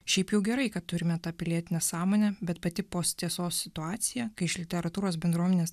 šiaip jau gerai kad turime tą pilietinę sąmonę bet pati post tiesos situacija kai iš literatūros bendruomenės